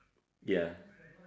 ya